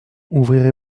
ouvrirez